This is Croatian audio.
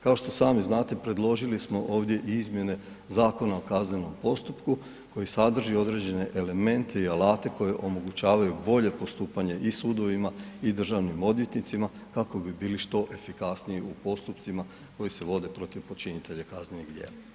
Kao što sami znate predložili smo ovdje i izmjene Zakona o kaznenom postupku koji sadrži određene elemente i alate koji omogućavaju bolje postupanje i sudovima i državnim odvjetnicima kako bi bili što efikasniji u postupcima koji se vode protiv počinitelja kaznenih djela.